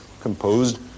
composed